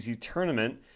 tournament